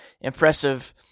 impressive